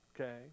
okay